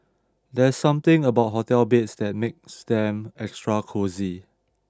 there's something about hotel beds that makes them extra cosy